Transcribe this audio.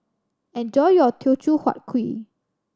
enjoy your Teochew Huat Kuih